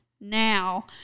now